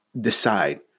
decide